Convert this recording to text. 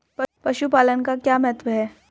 पशुपालन का क्या महत्व है?